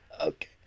okay